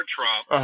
Trump